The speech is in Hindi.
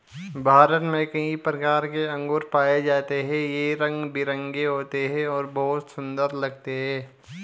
भारत में कई प्रकार के अंगूर पाए जाते हैं यह रंग बिरंगे होते हैं और बहुत सुंदर लगते हैं